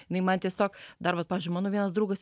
jinai man tiesiog dar vat pavyzdžiui mano vienas draugas